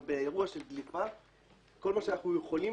אבל באירוע של דליפה כל מה שאנחנו יכולים